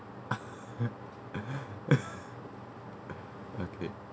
okay